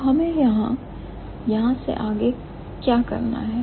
तो हमें यहां से आगे क्या करना है